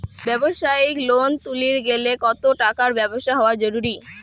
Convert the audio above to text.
ব্যবসায়িক লোন তুলির গেলে কতো টাকার ব্যবসা হওয়া জরুরি?